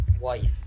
wife